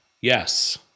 Yes